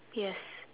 yes